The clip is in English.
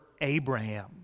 Abraham